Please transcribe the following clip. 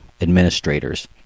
administrators